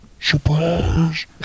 Surprise